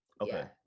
Okay